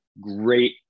great